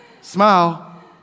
smile